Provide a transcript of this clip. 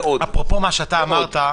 אפרופו מה שאמרת,